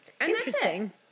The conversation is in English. interesting